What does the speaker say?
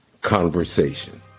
conversation